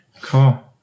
Cool